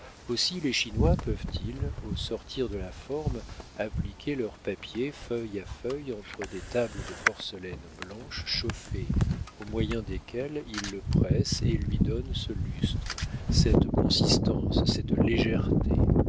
aussi les chinois peuvent-ils au sortir de la forme appliquer leur papier feuille à feuille entre des tables de porcelaine blanche chauffées au moyen desquelles ils le pressent et lui donnent ce lustre cette consistance cette légèreté